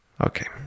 Okay